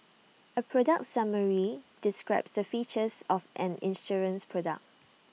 A product summary describes the features of an insurance product